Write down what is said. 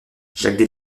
jacques